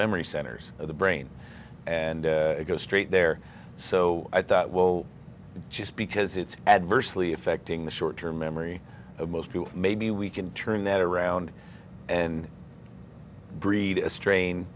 memory centers of the brain and it goes straight there so i thought well just because it's adversely affecting the short term memory of most people maybe we can turn that around and breed a strain